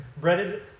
breaded